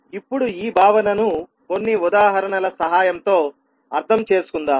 ఇప్పుడు ఈ భావనను కొన్ని ఉదాహరణల సహాయంతో అర్థం చేసుకుందాం